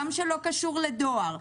גם שלא קשור לדואר,